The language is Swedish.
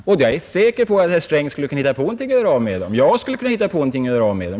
Och jag är säker på att herr Sträng skulle kunna hitta på någonting för att göra av med demm; jag skulle kunna hitta på någonting sådant.